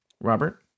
Robert